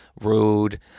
rude